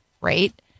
right